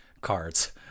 cards